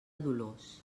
dolors